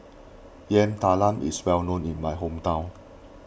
Yam Talam is well known in my hometown